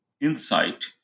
insight